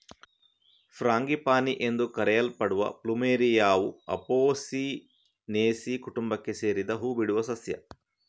frangipani ಎಂದು ಕರೆಯಲ್ಪಡುವ ಪ್ಲುಮೆರಿಯಾವು ಅಪೊಸಿನೇಸಿ ಕುಟುಂಬಕ್ಕೆ ಸೇರಿದ ಹೂ ಬಿಡುವ ಸಸ್ಯ